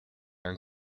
han